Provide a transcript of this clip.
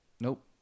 Nope